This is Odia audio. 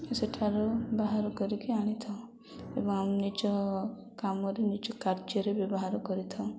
ସେଠାରୁ ବାହାର କରିକି ଆଣିଥାଉ ଏବଂ ଆମ ନିଜ କାମରେ ନିଜ କାର୍ଯ୍ୟରେ ବ୍ୟବହାର କରିଥାଉ